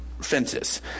fences